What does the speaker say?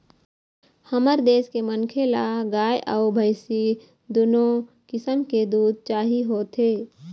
हमर देश के मनखे ल गाय अउ भइसी दुनो किसम के दूद चाही होथे